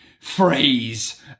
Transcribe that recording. phrase